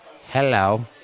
Hello